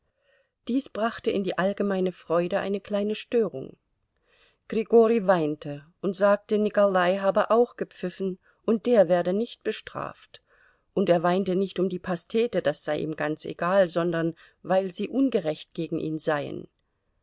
dies brachte in die allgemeine freude eine kleine störung grigori weinte und sagte nikolai habe auch gepfiffen und der werde nicht bestraft und er weinte nicht um die pastete das sei ihm ganz egal sondern weil sie ungerecht gegen ihn seien